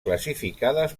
classificades